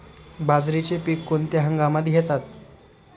बाजरीचे पीक कोणत्या हंगामात घेतात?